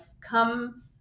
come